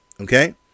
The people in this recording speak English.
Okay